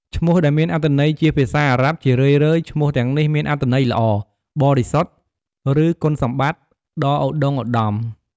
ឈ្មោះដែលមានអត្ថន័យជាភាសាអារ៉ាប់ ជារឿយៗ ឈ្មោះទាំងនេះមានអត្ថន័យល្អ បរិសុទ្ធ ឬគុណសម្បត្តិដ៏ឧត្តុង្គឧត្តម។